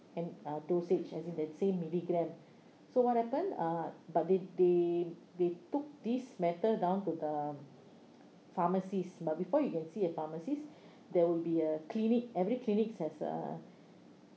and uh dosage as in that same milligram so what happen uh but they they they took this matter down to the pharmacist but before you can see a pharmacist there will be a clinic every clinic has a